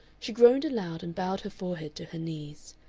she groaned aloud and bowed her forehead to her knees.